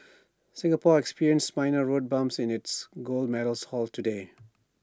Singapore experienced minor road bumps to its gold medals haul today